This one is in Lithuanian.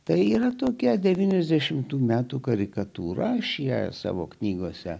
tai yra tokia devyniasdešimtų metų karikatūra šie savo knygose